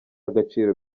agaciro